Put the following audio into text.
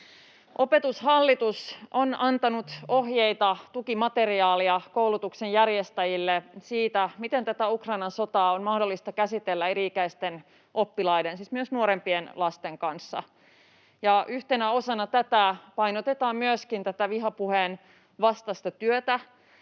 Opetushallitus on antanut ohjeita ja tukimateriaaleja koulutuksenjärjestäjille siitä, miten tätä Ukrainan sotaa on mahdollista käsitellä eri-ikäisten oppilaiden, siis myös nuorempien lasten, kanssa. Yhtenä osana tätä painotetaan myöskin vihapuheen vastaista työtä,